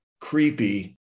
creepy